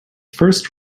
first